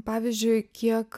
pavyzdžiui kiek